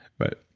but,